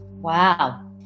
Wow